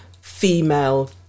female